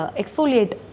exfoliate